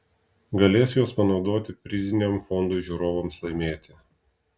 galės juos panaudoti priziniam fondui žiūrovams laimėti